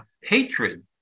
hatred